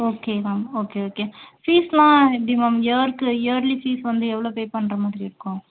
okay ma'am okay okay ஃபீஸ்லாம் எப்படி ma'am இயருக்கு இயர்லி ஃபீஸ் வந்து எவ்வளோ பே பண்ணுற மாதிரி இருக்கும்